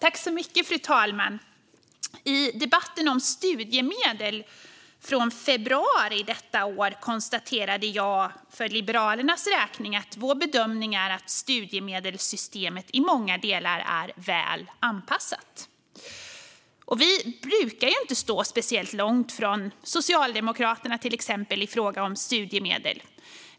Fru talman! I debatten om studiemedel från februari i år konstaterade jag för Liberalernas räkning att vår bedömning är att studiemedelssystemet i många delar är väl anpassat. Vi brukar inte stå speciellt långt ifrån till exempel Socialdemokraterna i fråga om studiemedel.